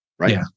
Right